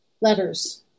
Letters